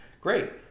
Great